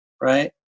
Right